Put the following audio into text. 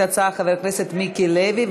ויציג לנו את ההצעה חבר הכנסת מיקי לוי,